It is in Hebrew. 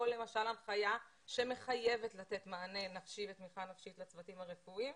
או למשל הנחיה שמחייבת לתת מענה נפשי ותמיכה נפשית לצוותים הרפואיים,